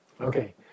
Okay